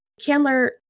Candler